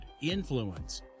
influence